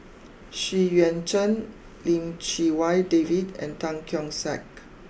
Xu Yuan Zhen Lim Chee Wai David and Tan Keong Saik